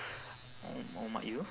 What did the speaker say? oh oh mak you